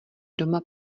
doma